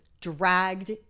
dragged